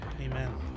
Amen